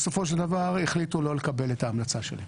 בסופו של דבר החליטו לא לקבל את ההמלצה שלהם.